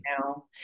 now